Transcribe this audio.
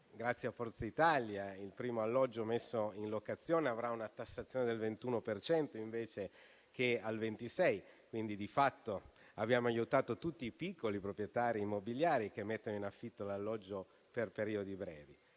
grazie a Forza Italia il primo alloggio messo in locazione avrà una tassazione del 21 per cento invece che al 26 per cento. Di fatto, quindi, abbiamo aiutato tutti i piccoli proprietari immobiliari che mettono in affitto l'alloggio per periodi brevi.